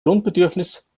grundbedürfnis